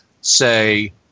say